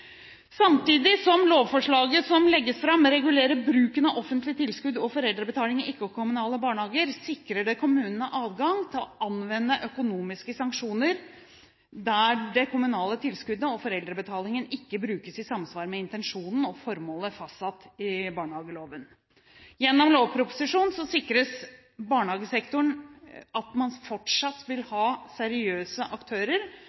Samtidig som lovforslaget som legges fram, regulerer bruken av offentlige tilskudd og foreldrebetaling i ikke-kommunale barnehager, sikrer det kommunene adgang til å anvende økonomiske sanksjoner der det kommunale tilskuddet og foreldrebetalingen ikke brukes i samsvar med intensjonen og formålet fastsatt i barnehageloven. Gjennom lovproposisjonen sikres barnehagesektoren at man fortsatt vil ha seriøse aktører